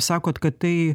sakot kad tai